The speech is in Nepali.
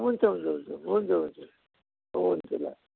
हुन्छ हुन्छ हुन्छ हुन्छ हुन्छ हुन्छ ल